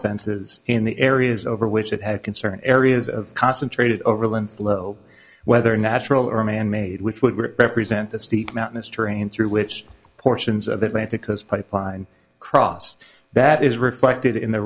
fences in the areas over which it had concern areas of concentrated overland flow whether natural or manmade which would represent the steep mountainous terrain through which portions of the atlantic coast pipeline cross that is reflected in the